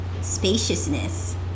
spaciousness